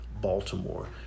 Baltimore